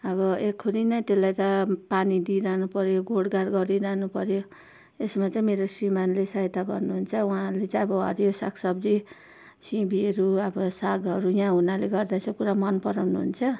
अब एकहोरी नै त्यसलाई त पानी दिइरहनु पऱ्यो गोडगाड गरिरहनु पऱ्यो यसमा चाहिँ मेरो श्रीमानले सहायता गर्नुहुन्छ उहाँले चाहिँ अब हरियो साग सब्जी सिमीहरू अब सागहरू यहाँ हुनाले गर्दा चाहिँ पुरा मन पराउनुहुन्छ